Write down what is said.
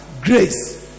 grace